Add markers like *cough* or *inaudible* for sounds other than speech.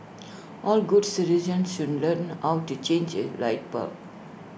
*noise* all good citizens should learn how to change A light bulb